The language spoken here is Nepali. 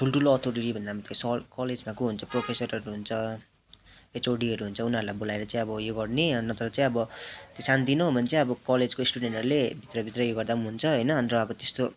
ठुल्ठुलो अथोरिटी भन्दा पनि सर कलेजमा को हुन्छ प्रोफेसरहरू हुन्छ एचओडीहरू हुन्छ उनीहरूलाई बोलाएर चाहिँ अब उयो गर्ने अन्त नत्र चाहिँ अब त्यो सानो तिनो हो भने चाहिँ अब कलेजको स्टुडेन्टहरूले भित्र भित्रै उयो गर्दा पनि हुन्छ अन्त र अब त्यस्तो